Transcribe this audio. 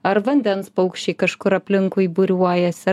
ar vandens paukščiai kažkur aplinkui būriuojasi ar